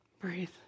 Breathe